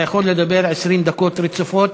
אתה יכול לדבר 20 דקות רצופות,